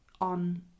on